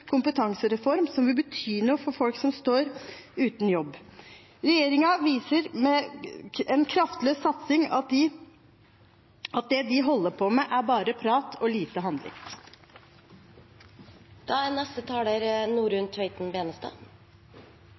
kompetansereform som vil bety noe for folk som står uten jobb. Regjeringen viser med en kraftløs satsing at det de holder på med, er bare prat og lite